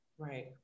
Right